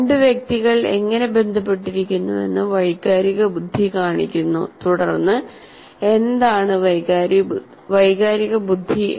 രണ്ടു വ്യക്തികൾ എങ്ങനെ ബന്ധപ്പെട്ടിരിക്കുന്നുവെന്ന് വൈകാരിക ബുദ്ധി കാണിക്കുന്നു തുടർന്ന് എന്താണ് വൈകാരിക ബുദ്ധി